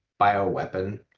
bioweapon